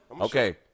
Okay